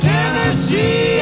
Tennessee